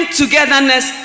togetherness